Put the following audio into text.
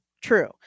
True